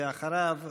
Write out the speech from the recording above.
ואחריו,